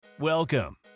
Welcome